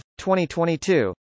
2022